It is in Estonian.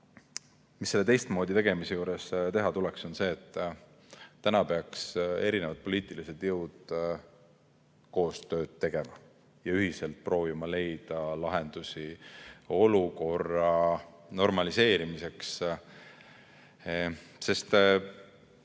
mis selle teistmoodi tegemise juures teha tuleks, on see, et täna peaks erinevad poliitilised jõud koostööd tegema ja ühiselt proovima leida lahendusi olukorra normaliseerimiseks.